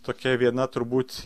tokia viena turbūt